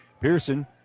Pearson